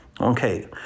Okay